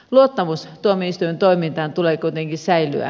luottamuksen tuomioistuimen toimintaan tulee kuitenkin säilyä